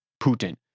Putin